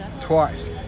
twice